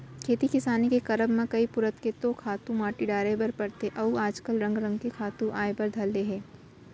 खेती किसानी के करब म कई पुरूत के तो खातू माटी डारे बर परथे अउ आज काल रंग रंग के खातू आय बर धर ले हे